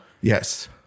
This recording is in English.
Yes